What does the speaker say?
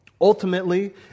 Ultimately